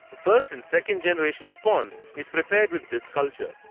first and second generation spawn is prepared with this culture.